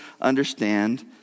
understand